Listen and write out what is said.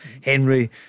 Henry